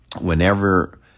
whenever